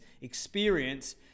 experience